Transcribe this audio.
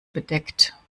bedeckt